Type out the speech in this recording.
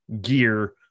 gear